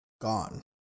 gone